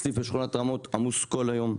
הסניף בשכונת רמות עמוס כל היום.